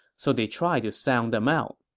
so they tried to sound them out